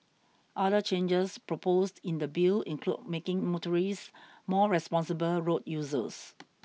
other changes proposed in the Bill include making motorists more responsible road users